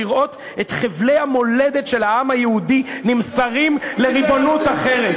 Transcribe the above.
לראות את חבלי המולדת של העם היהודי נמסרים לריבונות אחרת,